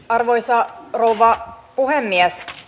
arvoisa rouva puhemies